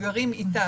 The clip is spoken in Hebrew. גרים אתה.